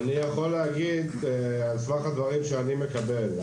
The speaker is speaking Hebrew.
אני יכול להגיד על סמך הדברים שאני מקבל.